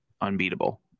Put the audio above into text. unbeatable